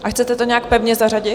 A chcete to nějak pevně zařadit?